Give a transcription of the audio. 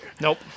Nope